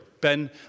Ben